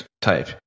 type